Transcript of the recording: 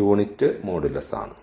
unit modulus ആണ്